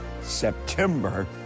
September